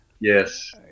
Yes